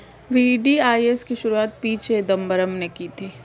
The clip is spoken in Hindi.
वी.डी.आई.एस की शुरुआत पी चिदंबरम ने की थी